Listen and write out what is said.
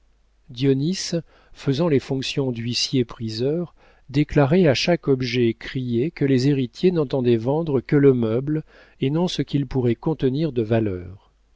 faisant les fonctions d'huissier priseur déclarait à chaque objet crié que les héritiers n'entendaient vendre que le meuble et non ce qu'il pourrait contenir de valeurs